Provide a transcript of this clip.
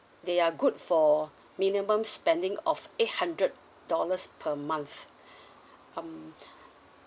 they are good for minimum spending of eight hundred dollars per month um